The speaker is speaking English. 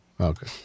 Okay